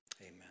Amen